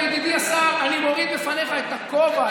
וידידי השר, אני מוריד בפניך את הכובע.